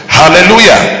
hallelujah